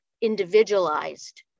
individualized